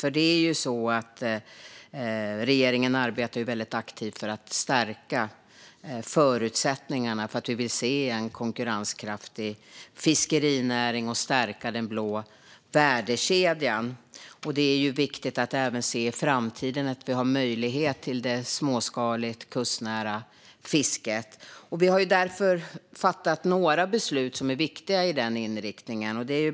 Vi i regeringen arbetar väldigt aktivt för att förbättra förutsättningarna, för vi vill se en konkurrenskraftig fiskerinäring och stärka den blå värdekedjan. Det är ju viktigt att se att det även i framtiden finns möjlighet till ett småskaligt och kustnära fiske. Vi har därför fattat några viktiga beslut med den inriktningen.